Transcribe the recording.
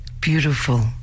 Beautiful